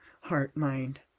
heart-mind